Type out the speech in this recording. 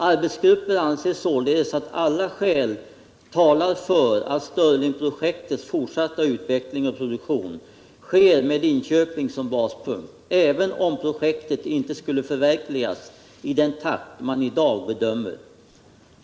Arbetsgruppen anser således att alla skäl talar för att Stirlingprojektets fortsatta utveckling och produktion sker med Linköping som baspunkt, även om projektet inte skulle förverkligas i den takt man i dag bedömer.